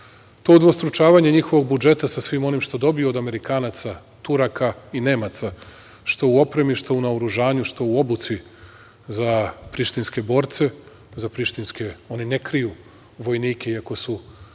udvostručavanje njihovog budžeta sa svim onim što dobiju od Amerikanaca, Turaka i Nemaca, što u opremi, što u naoružanju, što u obuci za prištinske borce, za prištinske, oni ne kriju vojnike, i ako su